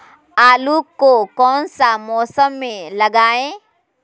आलू को कौन सा मौसम में लगाए?